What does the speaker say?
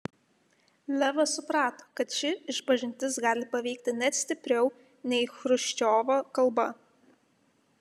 levas suprato kad ši išpažintis gali paveikti net stipriau nei chruščiovo kalba